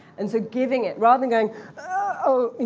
and so giving it. rather than going oh,